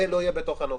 זה לא יהיה בתוך הנוסח.